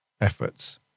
efforts